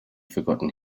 forgotten